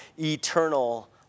eternal